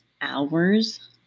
hours